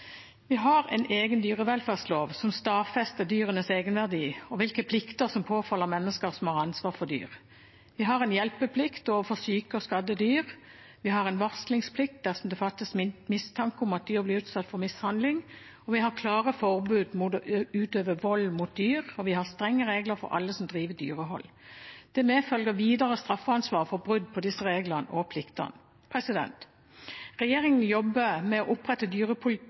Vi har en egen dyrevelferdslov som stadfester dyrenes egenverdi, og hvilke plikter som påfaller mennesker som har ansvar for dyr. Vi har en hjelpeplikt overfor syke og skadede dyr, vi har en varslingsplikt dersom det fattes mistanke om at dyr blir utsatt for mishandling, vi har klare forbud mot å utøve vold mot dyr, og vi har strenge regler for alle som driver dyrehold. Det medfølger videre straffansvar for brudd på disse reglene og pliktene. Regjeringen jobber med å opprette dyrepoliti